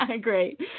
great